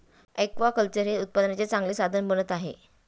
aquaculture हे उत्पन्नाचे चांगले साधन बनत आहे